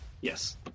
Yes